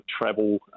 travel